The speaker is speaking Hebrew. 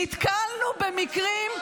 -- נתקלנו במקרים,